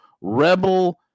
rebel